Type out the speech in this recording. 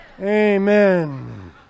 Amen